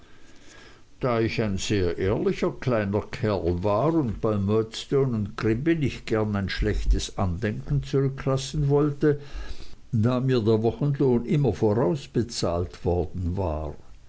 da ich ein sehr ehrlicher kleiner kerl war und bei murdstone grinby nicht gern ein schlechtes andenken zurücklassen wollte blieb ich bis samstag abend da mir der wochenlohn immer vorausbezahlt worden war